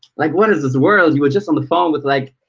like, what is this world? you were just on the phone with like.